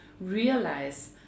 realize